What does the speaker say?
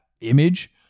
image